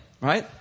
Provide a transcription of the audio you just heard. right